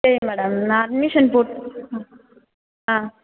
சரி மேடம் நான் அட்மிஷன் போட் ஆ ஆ